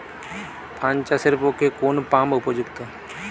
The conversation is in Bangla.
পান চাষের পক্ষে কোন পাম্প উপযুক্ত?